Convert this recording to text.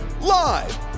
live